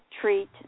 treat